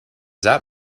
that